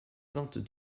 vingt